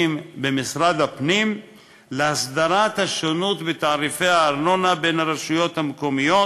במשרד הפנים להסדרת השונות בתעריפי הארנונה בין הרשויות המקומיות,